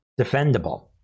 defendable